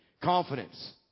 confidence